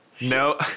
No